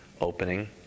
opening